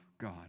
God